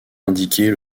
indiquer